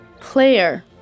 Player